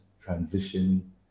transition